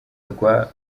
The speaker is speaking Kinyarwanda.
rwa